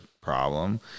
problem